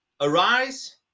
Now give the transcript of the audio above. Arise